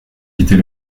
quitter